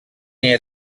nei